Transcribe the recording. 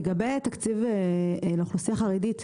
לגבי תקציב לאוכלוסיה החרדית,